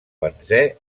benzè